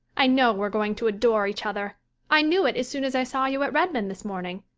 i know we're going to adore each other i knew it as soon as i saw you at redmond this morning.